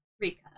rika